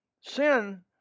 Sin